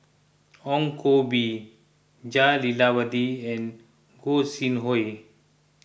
Ong Koh Bee Jah Lelawati and Gog Sing Hooi